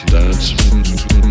dance